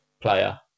player